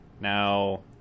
Now